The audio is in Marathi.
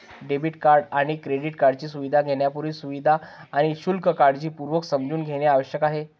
डेबिट आणि क्रेडिट कार्डची सुविधा घेण्यापूर्वी, सुविधा आणि शुल्क काळजीपूर्वक समजून घेणे आवश्यक आहे